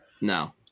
No